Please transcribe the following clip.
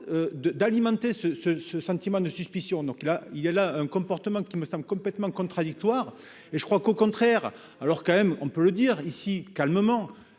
d'alimenter ce ce, ce sentiment de suspicion, donc là il y a là un comportement qui me semble complètement contradictoire et je crois qu'au contraire, alors quand même on peut le dire ici, calmement,